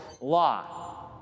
law